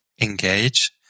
engage